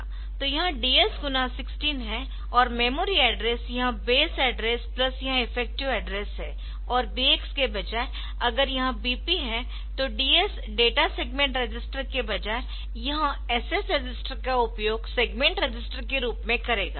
तो यह DS गुणा 16 है और मेमोरी एड्रेस यह बेस एड्रेस प्लस यह इफेक्टिव एड्रेस है और BX के बजाय अगर यह BP है तो DS डेटा सेगमेंट रजिस्टर के बजाय यह SS रजिस्टर का उपयोग सेगमेंट रजिस्टर के रूप में करेगा